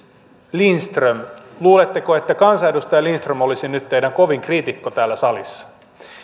lindström luuletteko että kansanedustaja lindström olisi nyt teidän kovin kriitikkonne täällä salissa